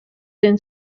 than